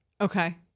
Okay